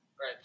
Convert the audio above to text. right